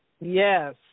Yes